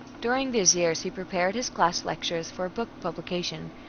during these years he prepared his class lectures for book publication,